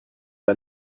bei